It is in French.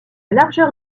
largeur